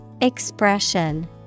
Expression